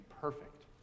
perfect